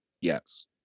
yes